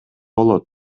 болот